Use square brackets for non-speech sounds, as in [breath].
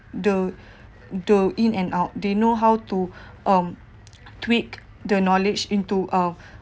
the [breath] the in and out they know how to [breath] um tweak the knowledge into uh